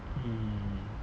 mm